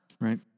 Right